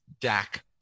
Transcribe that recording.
Dak